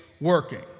working